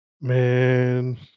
Man